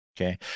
okay